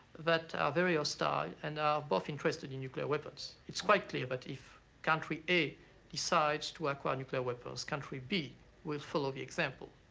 that are very hostile and are both interested in nuclear weapons. it's quite clear that but if country a decides to acquire nuclear weapons, country b will follow the example.